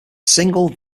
single